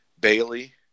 Bailey